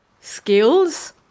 skills